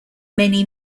many